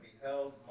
beheld